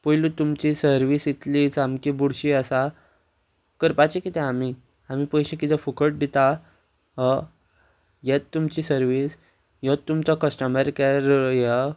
पयली तुमची सर्वीस इतली सामकी बुरशी आसा करपाचें कितें आमी आमी पयशे कितें फुकट दिता हे तुमची सर्वीस ह्योच तुमचो कस्टमर कॅर